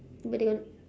but they got